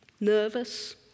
Nervous